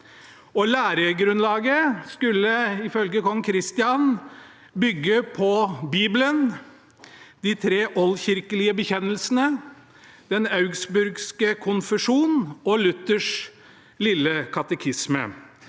Læregrunnlaget skulle ifølge kong Christian bygge på Bibelen, de tre oldkirkelige bekjennelsene, den augsburgske konfesjon og Luthers lille katekisme.